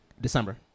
December